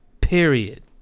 period